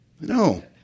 No